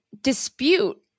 dispute